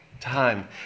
time